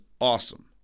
awesome